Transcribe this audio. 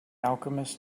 alchemist